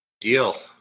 deal